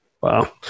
Wow